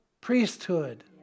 priesthood